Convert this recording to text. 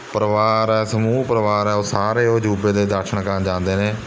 ਪਰਿਵਾਰ ਹੈ ਸਮੂਹ ਪਰਿਵਾਰ ਹੈ ਉਹ ਸਾਰੇ ਉਹ ਅਜੂਬੇ ਦੇ ਦਰਸ਼ਨ ਕਰਨ ਜਾਂਦੇ ਨੇ